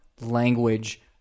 language